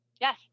Yes